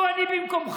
לו אני במקומך,